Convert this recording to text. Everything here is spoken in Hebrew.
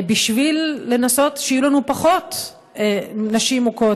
בשביל לנסות שיהיו לנו פחות נשים מוכות